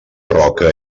roca